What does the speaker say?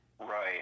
Right